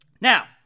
Now